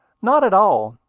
not at all.